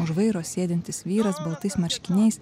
už vairo sėdintis vyras baltais marškiniais